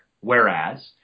Whereas